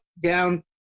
down